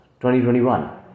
2021